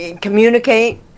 communicate